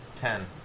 ten